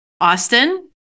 Austin